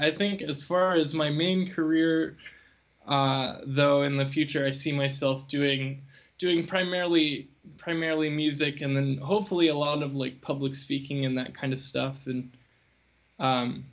i think as far as my main career though in the future i see myself doing doing primarily primarily music and then hopefully a lot of like public speaking in that kind of stuff and